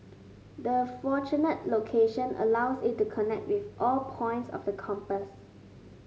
the fortunate location allows it to connect with all points of the compass